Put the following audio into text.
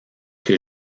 que